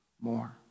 more